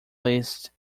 list